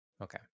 Okay